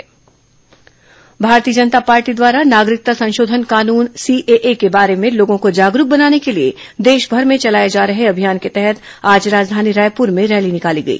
CAA समर्थन rally Bharatiya Janata Party द्वारा नागरिकता संशोधन कानून सीएए के बारे में लोगों को जागरूक बनाने के लिए देशभर में चलाए जा रहे अभियान के तहत आज राजधानी रायपुर में रैली निकाली गई